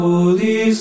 Holy